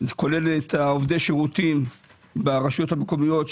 זה כולל את עובדי השירותים ברשויות המקומיות,